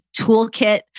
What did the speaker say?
toolkit